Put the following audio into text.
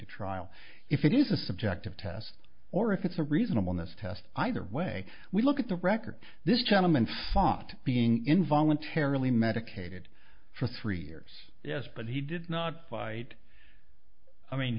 to trial if it is a subjective test or if it's a reasonable this test either way we look at the record this gentleman fought being in voluntarily medicated for three years yes but he did not fight i mean